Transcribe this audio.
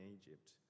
Egypt